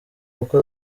kuko